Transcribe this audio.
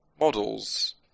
models